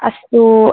अस्तु